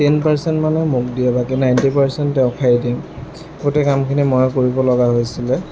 ten percent মানহে মোক দিয়ে বাকী নাইণ্টি পাৰ্চেণ্ট তেওঁ খাই দিয়ে গোটেই কামখিনি ময়ে কৰিবলগীয়া হৈছিলে